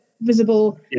visible